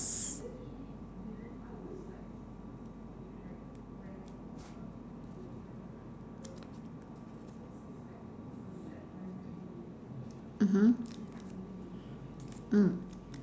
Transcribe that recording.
mmhmm mm